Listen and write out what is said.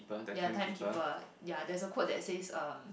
ya time keeper ya there's a quote that says um